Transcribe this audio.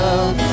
love